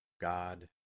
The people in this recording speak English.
God